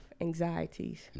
anxieties